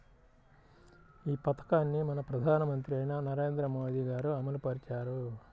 ఈ పథకాన్ని మన ప్రధానమంత్రి అయిన నరేంద్ర మోదీ గారు అమలు పరిచారు